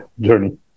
journey